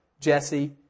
Jesse